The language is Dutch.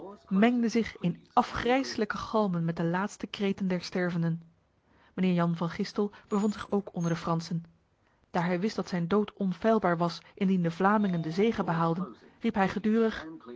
mengde zich in afgrijselijke galmen met de laatste kreten der stervenden mijnheer jan van gistel bevond zich ook onder de fransen daar hij wist dat zijn dood onfeilbaar was indien de vlamingen de zege behaalden riep hij gedurig